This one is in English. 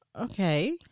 Okay